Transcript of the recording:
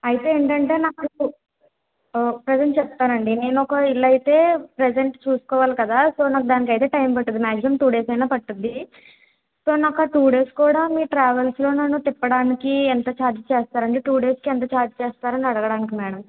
అయితే ఏంటంటే నా ట్రిపు ప్రెసెంట్ చెప్తానండి నేను ఒక ఇల్లు అయితే ప్రెసెంట్ చూసుకోవాలి కదా సో దానికైతే టైం పడుతుంది మాగ్జిమమ్ టూ డేస్ అయినా పడుతుంది సో నాకు ఆ టూ డేస్ కూడా మీ ట్రావెల్స్లో నన్ను తిప్పడానికి ఎంత ఛార్జ్ చేస్తారండి టూ డేస్కి ఎంత ఛార్జ్ చేస్తారు అని అడగటానికి మేడం